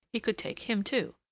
he could take him too.